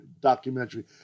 documentary